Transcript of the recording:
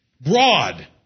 broad